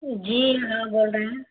جی ہاں بول رہے ہیں